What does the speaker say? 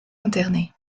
internée